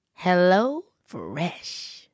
HelloFresh